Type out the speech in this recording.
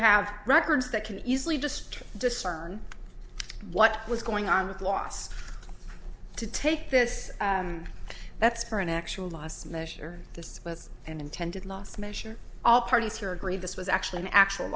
have records that can easily just discern what was going on with loss to take this that's for an actual last measure this was an intended last measure all parties here agree this was actually an actual